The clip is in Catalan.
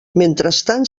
mentrestant